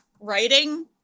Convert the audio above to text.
writing